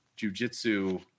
jujitsu